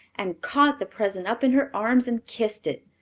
and caught the present up in her arms and kissed it.